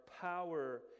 power